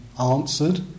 answered